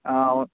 అవును